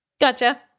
Gotcha